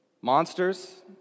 monsters